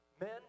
men